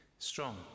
strong